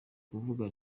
kuvuga